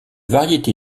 variété